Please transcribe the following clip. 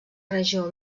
regió